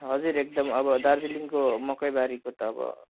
हजुर एकदम अब दार्जिलिङको मकैबारीको त अब